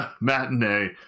matinee